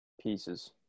pieces